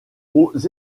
aux